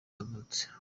yavutse